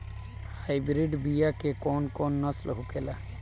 Hybrid बीया के कौन कौन नस्ल होखेला?